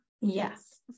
Yes